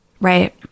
Right